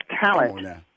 talent